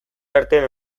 artean